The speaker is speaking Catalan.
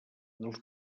dels